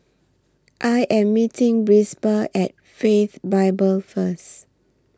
I Am meeting At Faith Bible First